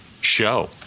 show